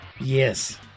Yes